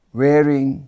wearing